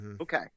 Okay